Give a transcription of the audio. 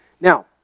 Now